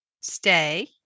stay